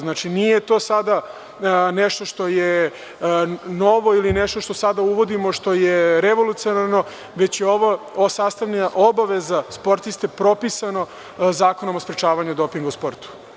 Znači, nije to sada nešto što je novo ili nešto što sada uvodimo što je revolucionarno, već je ovo sastavna obaveza sportiste, propisano Zakonom o sprečavanju dopinga u sportu.